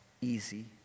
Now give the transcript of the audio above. easy